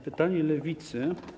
Pytanie Lewicy.